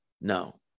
No